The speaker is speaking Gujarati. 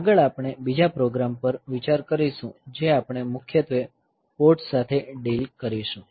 આગળ આપણે બીજા પ્રોગ્રામ પર વિચાર કરીશું જે આપણે મુખ્યત્વે પોર્ટ્સ સાથે ડીલ કરીશું